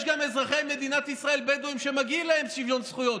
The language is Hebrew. יש גם בדואים אזרחי מדינת ישראל שמגיע להם שוויון זכויות.